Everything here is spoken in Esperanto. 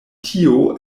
tio